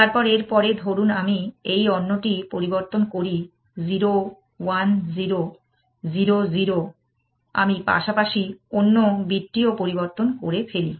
তারপর এর পরে ধরুন আমি এই অন্যটি পরিবর্তন করি 0 1 0 0 0 আমি পাশাপাশি অন্য বিটটিও পরিবর্তন করে ফেলি